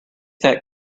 that